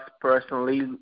personally